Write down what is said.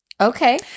Okay